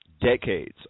decades